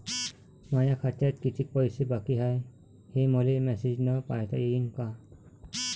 माया खात्यात कितीक पैसे बाकी हाय, हे मले मॅसेजन पायता येईन का?